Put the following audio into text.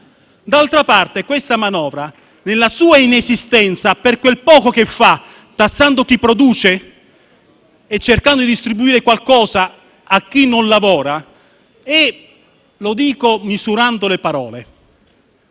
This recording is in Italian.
D'altra parte questa manovra, nella sua inesistenza, per quel poco che fa, tassando chi produce e cercando di distribuire qualcosa a chi non lavora - e lo dico misurando le parole